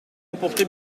emporté